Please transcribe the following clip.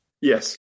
yes